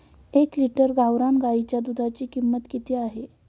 एक लिटर गावरान गाईच्या दुधाची किंमत किती असते?